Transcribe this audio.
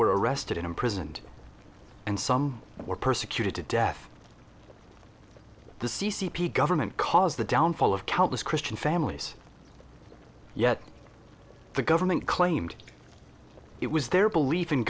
were arrested and imprisoned and some were persecuted to death the c c p government caused the downfall of countless christian families yet the government claimed it was their belief in